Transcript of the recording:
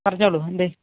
പറഞ്ഞോളൂ എന്തേ